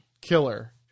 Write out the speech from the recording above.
killer